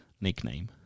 nickname